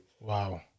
Wow